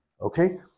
Okay